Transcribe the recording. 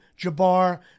Jabbar